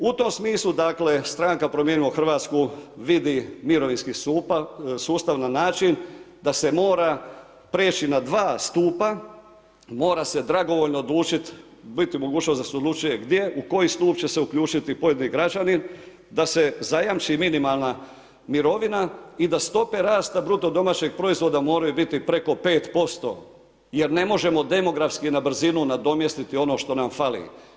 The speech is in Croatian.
U tom smislu stranka Promijenimo Hrvatsku vidi mirovinski sustav na način da se mora prijeći na dva stupa, mora se dragovoljno odlučiti, biti mogućnost da se odlučuje gdje u koji stup će se uključiti pojedini građani da se zajamči minimalna mirovina i da stope rasta BDP-a moraju biti preko 5% jer ne možemo demografski na brzinu nadomjestiti ono što nam fali.